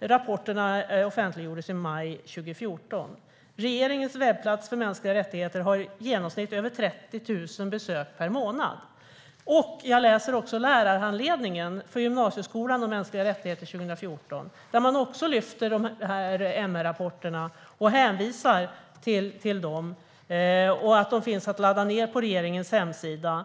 Rapporterna för ASO offentliggjordes i maj 2014." Vidare kan man läsa: "Regeringens webbplats för mänskliga rättigheter har i genomsnitt över 30 000 besök per månad." I lärarhandledningen för gymnasieskolan om mänskliga rättigheter 2014 lyfter man också fram dessa MR-rapporter och hänvisar till dem, och man talar om att de finns att ladda ned på regeringens hemsida.